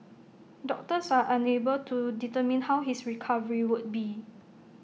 doctors are unable to determine how his recovery would be